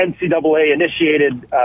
NCAA-initiated